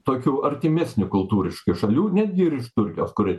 tokių artimesnių kultūriškai šalių netgi ir iš turkijos kuri